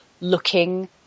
looking